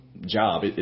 job